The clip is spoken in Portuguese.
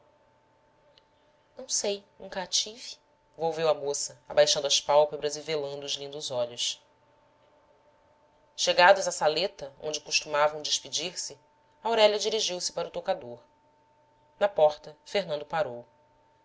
não sei nunca a tive volveu a moça abaixando as pálpebras e velando os lindos olhos chegados à saleta onde costumavam despedir-se aurélia dirigiu-se para o toucador na porta fernando parou